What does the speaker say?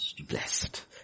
blessed